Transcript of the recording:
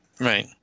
Right